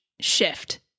shift